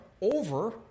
over